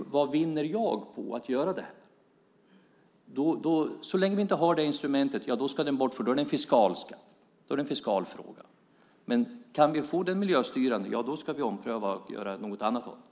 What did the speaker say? De frågar sig ju: Vad vinner jag på att göra detta? Så länge vi inte har det instrumentet ska skatten bort, för då är det en fiskal skatt. Men kan vi få den miljöstyrande ska vi ompröva och göra något annat av den.